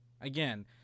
again